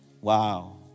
wow